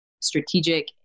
strategic